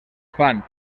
fan